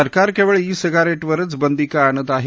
सरकार केवळ ई सिगारेटवरच बंदी का आणत आहे